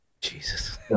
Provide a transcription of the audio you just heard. Jesus